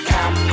Camp